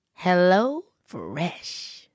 HelloFresh